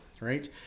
right